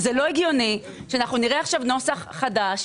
שזה לא הגיוני שאנחנו נראה עכשיו נוסח חדש.